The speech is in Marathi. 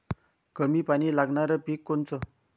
कमी पानी लागनारं पिक कोनचं?